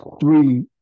three